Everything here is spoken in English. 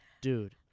dude